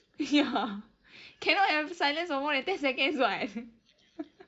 ya cannot have silence for more than ten seconds [what]